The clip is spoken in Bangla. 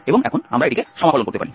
এবং এখন আমরা এটিকে সমাকলন করতে পারি